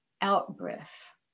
out-breath